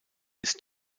ist